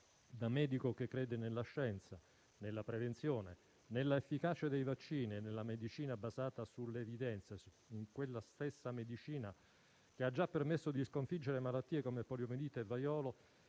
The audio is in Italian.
Da medico che crede nella scienza, nella prevenzione, nell'efficacia dei vaccini e nella medicina basata sull'evidenza (quella stessa medicina che ha già permesso di sconfiggere malattie come poliomielite e vaiolo),